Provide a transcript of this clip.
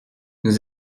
nous